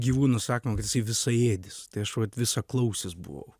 gyvūnų sakoma visaėdis tai aš vat visaklausis buvau